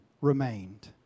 remained